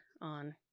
on